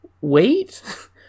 wait